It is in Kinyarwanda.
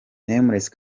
nameless